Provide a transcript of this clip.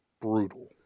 brutal